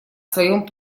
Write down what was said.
своем